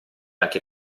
anche